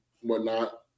whatnot